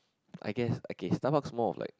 I guess okay Starbucks is more of like